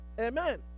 Amen